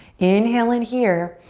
inhale in here.